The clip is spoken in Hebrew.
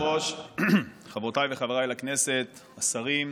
אדוני היושב-ראש, חברותיי וחבריי לכנסת, השרים,